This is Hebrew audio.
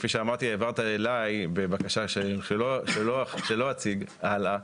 כפי אמרתי, העברת אליי בבקשה שלא אציג הלאה,